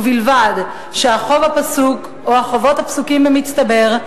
ובלבד שהחוב הפסוק או החובות הפסוקים במצטבר,